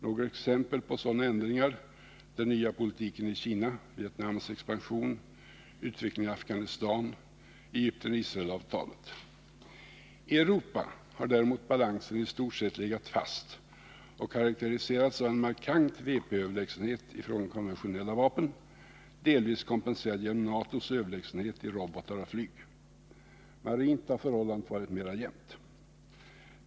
Några exempel på sådana ändringar: den nya politiken i Kina, Vietnams expansion, utvecklingen i Afghanistan, Egypten-Israel-avtalet. I Europa har balansen däremot legat i stort sett fast och karakteriserats av en markant WP-överlägsenhet i fråga om konventionella vapen, delvis kompenserad genom Natos överlägsenhet i robotar och flyg. Marint har förhållandet varit jämt.